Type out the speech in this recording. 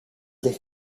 ligt